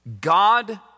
God